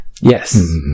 Yes